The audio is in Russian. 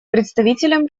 представителем